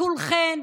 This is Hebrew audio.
כולכם,